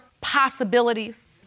possibilities